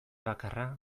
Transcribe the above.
bakarra